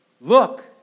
look